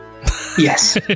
Yes